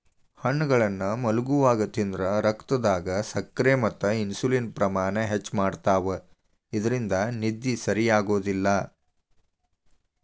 ಹಣ್ಣುಗಳನ್ನ ಮಲ್ಗೊವಾಗ ತಿಂದ್ರ ರಕ್ತದಾಗ ಸಕ್ಕರೆ ಮತ್ತ ಇನ್ಸುಲಿನ್ ಪ್ರಮಾಣ ಹೆಚ್ಚ್ ಮಾಡ್ತವಾ ಇದ್ರಿಂದ ನಿದ್ದಿ ಸರಿಯಾಗೋದಿಲ್ಲ